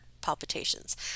palpitations